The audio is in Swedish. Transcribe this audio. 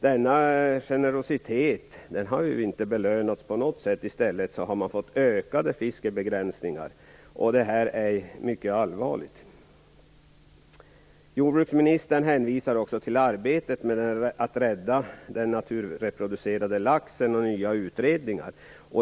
Denna generositet har inte belönats på något sätt. I stället har man fått ökade fiskebegränsningar. Detta är mycket allvarligt. Jordbruksministern hänvisar också till arbetet med att rädda den naturreproducerade laxen och nya utredningar.